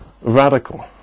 radical